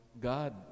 God